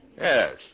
Yes